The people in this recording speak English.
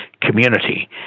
community